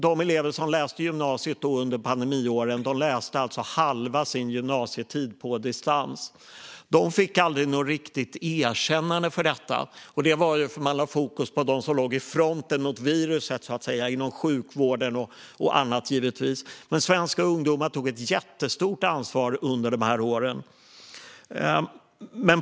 De elever som läste på gymnasiet under pandemiåren läste alltså halva sin gymnasietid på distans. De fick aldrig något riktigt erkännande för detta, och det var för att man lade fokus på dem som låg i fronten mot viruset inom sjukvården och på andra områden. Men svenska ungdomar tog ett jättestort ansvar under dessa år.